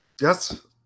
yes